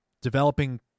developing